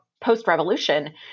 post-revolution